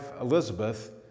Elizabeth